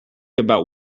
about